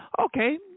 Okay